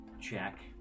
check